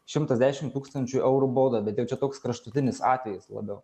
šimtas dešim tūkstančių eurų bauda bet jau čia toks kraštutinis atvejis labiau